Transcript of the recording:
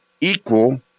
equal